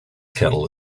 kettle